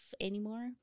anymore